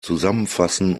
zusammenfassen